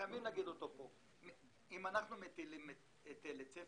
חייבים להגיד אותו פה - שאם אנחנו מטילים היטל היצף,